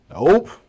nope